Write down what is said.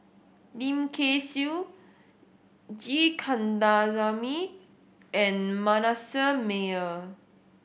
Lim Kay Siu G Kandasamy and Manasseh Meyer